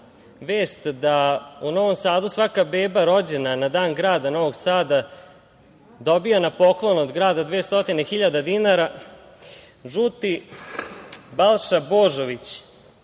vest da u Novom Sadu svaka beba rođena na Dan grada Novog Sada dobija na poklon od grada 200.000 dinara žuti Balša Božović